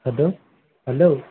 hello hello